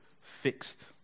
fixed